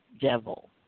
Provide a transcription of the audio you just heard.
devil